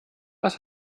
was